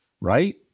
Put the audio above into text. right